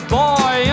boy